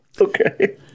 Okay